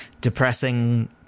depressing